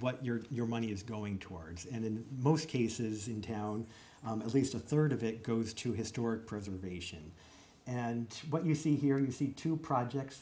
what your your money is going towards and in most cases in town at least a third of it goes to historic preservation and what you see here you see two projects